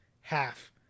half